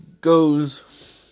goes